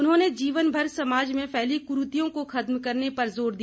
उन्होंने जीवन भर समाज में फैली कुरीतियों को खत्म करने पर जोर दिया